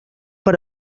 per